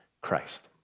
Christ